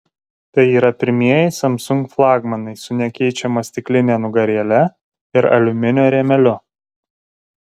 tai yra pirmieji samsung flagmanai su nekeičiama stikline nugarėle ir aliuminio rėmeliu